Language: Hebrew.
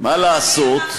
מה לעשות,